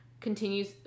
continues